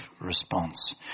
response